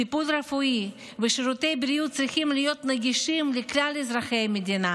טיפול רפואי ושירותי בריאות צריכים להיות נגישים לכלל אזרחי המדינה,